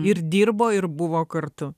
ir dirbo ir buvo kartu